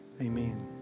Amen